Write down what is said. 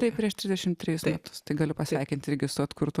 tai prieš trisdešim trejus metus tai galiu pasveikint irgi su atkurtu